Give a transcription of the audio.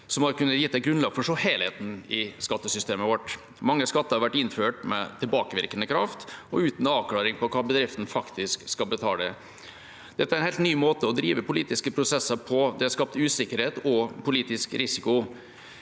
som har kunnet gi grunnlag for å se helheten i skattesystemet vårt. Mange skatter har vært innført med tilbakevirkende kraft og uten å avklare hva bedriftene faktisk skal betale. Dette er helt nye måter å drive politiske prosesser på. Det har skapt usikkerhet og politisk risiko.